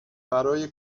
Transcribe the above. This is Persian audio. برای